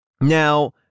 Now